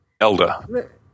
Elder